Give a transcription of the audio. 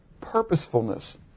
purposefulness